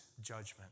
judgment